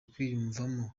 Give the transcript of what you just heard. kwiyumvamo